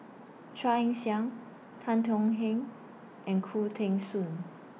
Chia Ann Siang Tan Tong Hye and Khoo Teng Soon